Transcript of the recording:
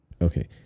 okay